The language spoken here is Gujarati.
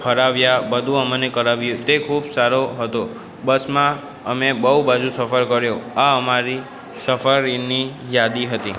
ફરાવ્યા બધુ અમને કરાવ્યું તે ખૂબ સારો હતો બસમાં અમે બહું બધુ સફર કર્યો આ અમારી સફર એની યાદી હતી